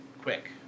quick